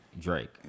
Drake